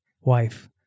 wife